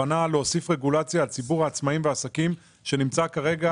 הבנה להוסיף רגולציה על ציבור העצמאים והעסקים שנמצא כרגע